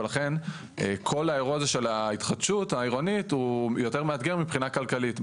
ולכן כל האירוע הזה של ההתחדשות העירונית הוא יותר מאתגר מבחינה כלכלית.